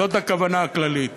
זו הכוונה הכללית.